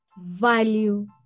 value